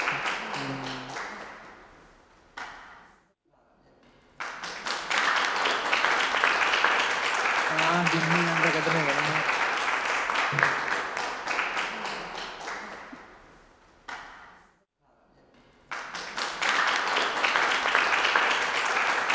अं आं जम्मीं दे ते दंद कड्ढनै गै न उनें